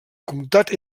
comtat